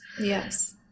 Yes